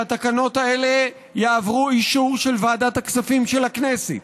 שהתקנות האלה יעברו אישור של ועדת הכספים של הכנסת,